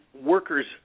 workers